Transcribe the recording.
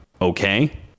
okay